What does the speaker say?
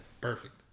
Perfect